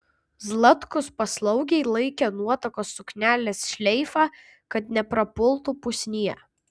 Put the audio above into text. zlatkus paslaugiai laikė nuotakos suknelės šleifą kad neprapultų pusnyje